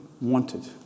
wanted